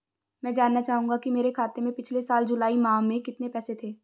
मैं जानना चाहूंगा कि मेरे खाते में पिछले साल जुलाई माह में कितने पैसे थे?